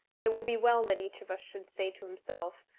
it would be well that each of us should say to himself,